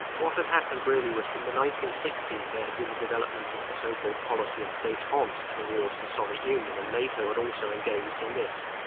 what had happened really was from the nineteen sixty s, there had been a development of the so-called policy of detente towards the soviet union and nato had also engaged in this.